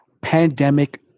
pandemic